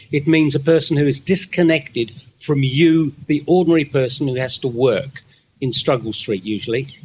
it means a person who is disconnected from you, the ordinary person who has to work in struggle street usually.